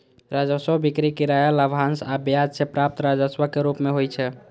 राजस्व बिक्री, किराया, लाभांश आ ब्याज सं प्राप्त राजस्व के रूप मे होइ छै